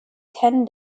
ten